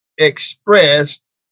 expressed